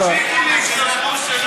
רשימה שחורה.